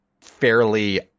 fairly